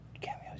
cameos